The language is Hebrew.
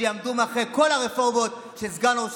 שיעמדו מאחורי כל הרפורמות של סגן ראש